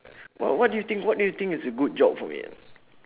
what what do you think what do you think is a good job for me man